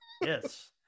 Yes